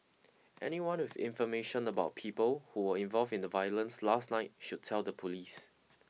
anyone with information about people who were involved in the violence last night should tell the police